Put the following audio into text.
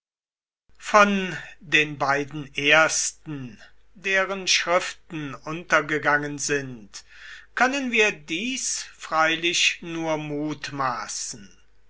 von den beiden ersten deren schriften untergegangen sind können wir dies freilich nur mutmaßen